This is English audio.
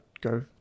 go